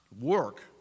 work